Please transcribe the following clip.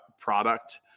product